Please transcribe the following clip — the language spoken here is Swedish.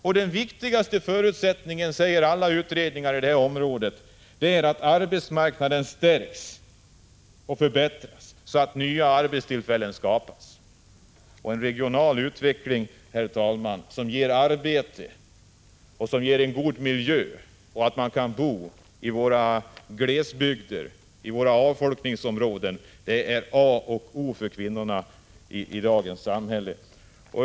Och den viktigaste förutsättningen — det säger alla utredningar på det här området — är att arbetsmarknaden stärks och förbättras, så att nya arbetstillfällen skapas. Det gäller också en regional utveckling, herr talman, som ger arbete och en god miljö och innebär att man kan bo i våra glesbygder och avfolkningsområden. Det är A och O för kvinnorna i dagens samhälle.